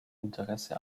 interesse